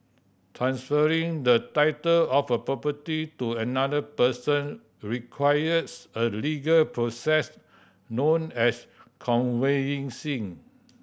transferring the title of a property to another person requires a legal process known as conveyancing